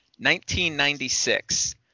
1996